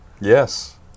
Yes